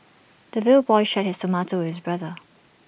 the little boy shared his tomato with brother